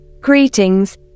Greetings